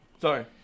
Sorry